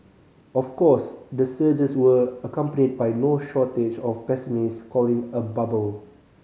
of course the surges were accompanied by no shortage of pessimists calling a bubble